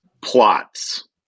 Plots